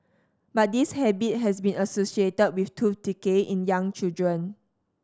but this habit has been associated with tooth decay in young children